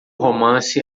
romance